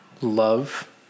love